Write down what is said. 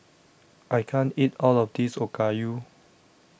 I can't eat All of This Okayu